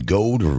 Gold